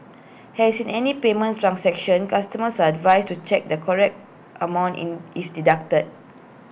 has in any payment transaction customers are advised to check that correct amount in is deducted